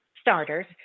starters